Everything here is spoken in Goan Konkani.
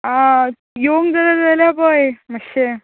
आं योंग जाय जाल्यार पळय मातशें